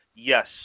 Yes